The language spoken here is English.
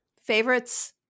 favorites